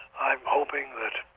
i'm hoping that